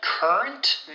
Current